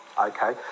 okay